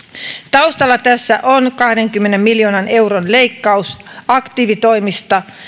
taustalla tässä on kahdenkymmenen miljoonan euron leikkaus aktiivitoimista